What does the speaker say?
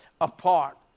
apart